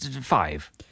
Five